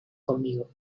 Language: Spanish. conmigo